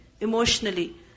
emotionally